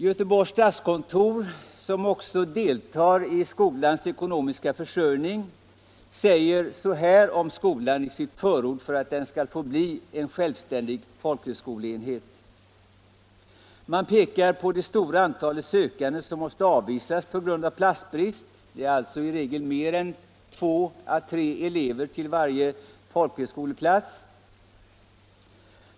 Göteborgs stadskontor, som deltar i skolans ekonomiska försörjning, har i sitt förord för att skolan skall få bli en självständig folkhögskoleenhet bl.a. pekat på det stora antalet sökande som måste avvisas på grund av platsbrist. Det är i regel mer än 2 å 3 sökande till varje folkhögskoleplats.